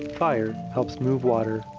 fire helps move water.